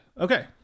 Okay